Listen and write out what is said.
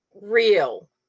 real